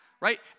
Right